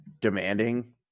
demanding